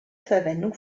verwendung